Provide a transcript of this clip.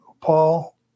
Paul